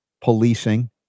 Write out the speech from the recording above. policing